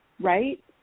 right